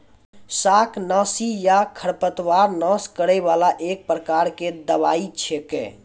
शाकनाशी या खरपतवार नाश करै वाला एक प्रकार के दवाई छेकै